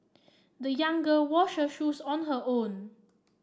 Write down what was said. the young girl washed her shoes on her own